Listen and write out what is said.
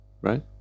right